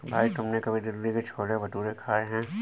भाई तुमने कभी दिल्ली के छोले भटूरे खाए हैं?